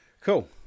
Cool